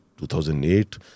2008